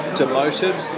demoted